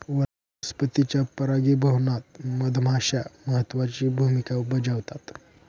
वनस्पतींच्या परागीभवनात मधमाश्या महत्त्वाची भूमिका बजावतात